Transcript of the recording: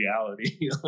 reality